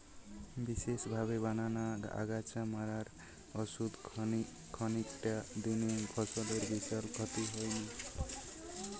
বিশেষভাবে বানানা আগাছা মারার ওষুধ খানিকটা দিলে ফসলের বিশাল ক্ষতি হয়নি